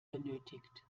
benötigt